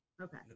Okay